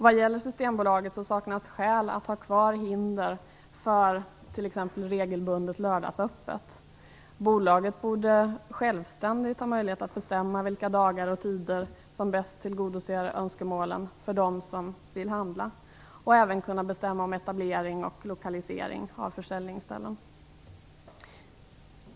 Vad gäller Systembolaget saknas skäl att ha kvar hinder för t.ex. regelbundet lördagsöppet. Bolaget borde självständigt ha möjlighet att bestämma vilka dagar och tider som bäst tillgodoser önskemålen hos dem som vill handla och även kunna bestämma om etablering och lokalisering av försäljningsställen.